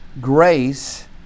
grace